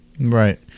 Right